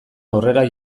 aurrera